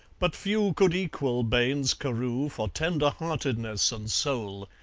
but few could equal baines carew for tender-heartedness and soul.